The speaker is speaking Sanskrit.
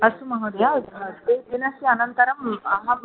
अस्तु महोदय द्विदिनस्य अनन्तरम् अहं